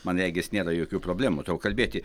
man regis nėra jokių problemų tau kalbėti